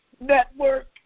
network